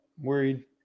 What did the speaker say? worried